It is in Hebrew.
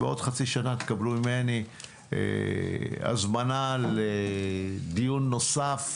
בעוד חצי שנה תקבלו ממני הזמנה לדיון נוסף